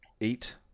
eight